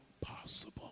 possible